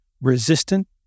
resistant